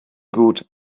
gut